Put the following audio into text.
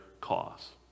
cause